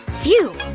phew!